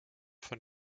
von